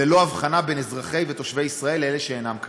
ללא הבחנה בין אזרחי ותושבי ישראל לאלה שאינם כאלה.